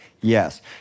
Yes